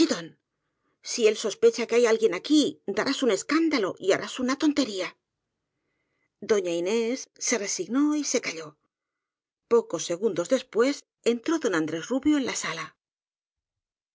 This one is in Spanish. si él sospecha que hay alguien aquí darás un escándalo y harás una tontería doña inés se resignó y se calló pocos segundos después entró don andrés ru bio en la sala